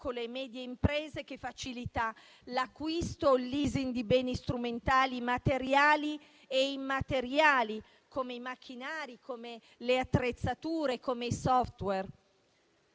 e medie imprese, che facilita l'acquisto o il *leasing* di beni strumentali materiali e immateriali, come i macchinari, le attrezzature e i *software*.